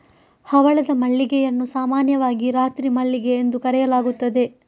ಹವಳದ ಮಲ್ಲಿಗೆಯನ್ನು ಸಾಮಾನ್ಯವಾಗಿ ರಾತ್ರಿ ಮಲ್ಲಿಗೆ ಎಂದು ಕರೆಯಲಾಗುತ್ತದೆ